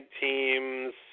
teams